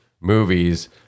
movies